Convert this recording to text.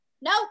no